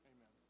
Amen